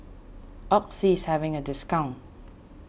Oxy is having a discount